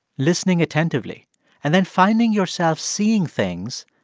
listening attentively and then finding yourself seeing things,